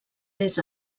més